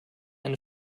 eine